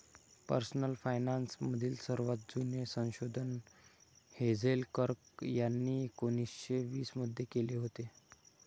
personal finance मधील सर्वात जुने संशोधन हेझेल कर्क यांनी एकोन्निस्से वीस मध्ये केले होते